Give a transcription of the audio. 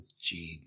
Gene